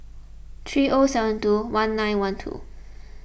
three O seven two one nine one two